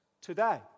today